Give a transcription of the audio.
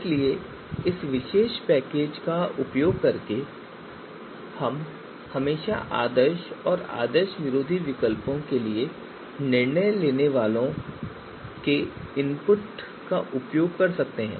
इसलिए इस विशेष पैकेज का उपयोग करके हम हमेशा आदर्श और विरोधी आदर्श विकल्पों के लिए भी निर्णय लेने वालों के इनपुट का उपयोग कर सकते हैं